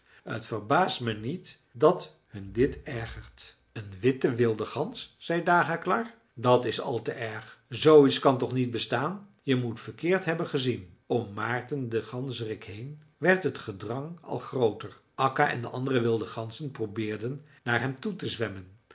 t verbaast me niet dat hun dit ergert een witte wilde gans zei dagaklar dat is al te erg zooiets kan toch niet bestaan je moet verkeerd hebben gezien om maarten den ganzerik heen werd het gedrang al grooter akka en de andere wilde ganzen probeerden naar hem toe te zwemmen